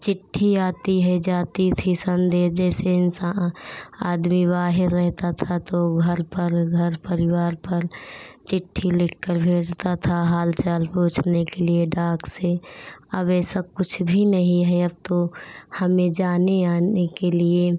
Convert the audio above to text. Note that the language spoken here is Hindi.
चिट्ठी आती है जाती थी सन्देश जैसे इन्सान आदमी बाहर रहता था तो वह हर पल घर परिवार पल चिट्ठी लिखकर भेजता था हाल चाल पूछने के लिए डाक से अब ऐसा कुछ भी नहीं है अब तो हमें जाने आने के लिए